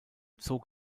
zog